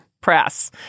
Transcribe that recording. press